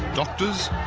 doctors